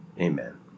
Amen